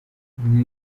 umwe